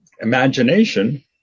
imagination